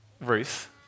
Ruth